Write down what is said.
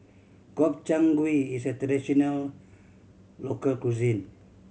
Gobchang Gui is a traditional local cuisine